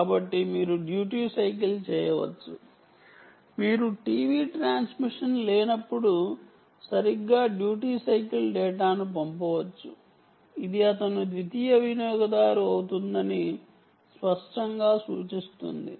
కాబట్టి మీరు duty cycle చేయవచ్చు మీరు టీవీ ట్రాన్స్మిషన్ లేనప్పుడు సరిగ్గా డ్యూటీ సైకిల్ డేటాను పంపవచ్చు ఇది అతను ద్వితీయ వినియోగదారు అవుతుందని స్పష్టంగా సూచిస్తుంది